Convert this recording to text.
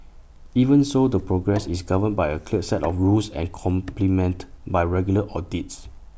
even so the progress is governed by A clear set of rules and complemented by regular audits